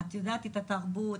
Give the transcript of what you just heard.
היא חלק מהתרבות,